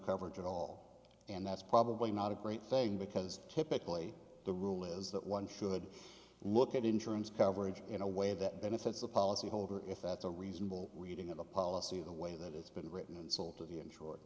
coverage at all and that's probably not a great thing because typically the rule is that one should look at insurance coverage in a way that benefits the policyholder if that's a reasonable reading of the policy the way that it's been written and sold to the insured